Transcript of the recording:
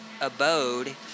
abode